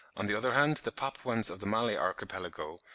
on the other hand, the papuans of the malay archipelago,